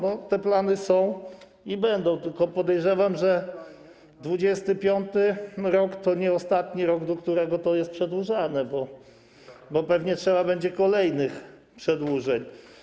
Bo te plany są i będą, tylko podejrzewam, że 2025 r. to nie ostatni rok, do którego to jest przedłużane, bo pewnie trzeba będzie kolejnych przedłużeń.